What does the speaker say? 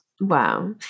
Wow